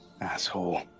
asshole